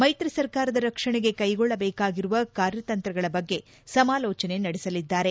ಮೈತ್ರಿ ಸರ್ಕಾರದ ರಕ್ಷಣೆಗೆ ಕೈಗೊಳ್ಳಬೇಕಾಗಿರುವ ಕಾರ್ಯತಂತ್ರಗಳ ಬಗ್ಗೆ ಸಮಾಲೋಚನೆ ನಡೆಸಲಿದ್ದಾರೆ